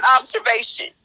observation